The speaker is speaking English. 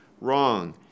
wrong